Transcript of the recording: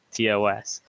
TOS